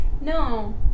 No